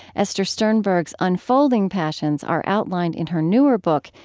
esther sternberg's unfolding passions are outlined in her newer book,